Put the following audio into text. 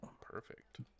Perfect